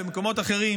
במקומות אחרים,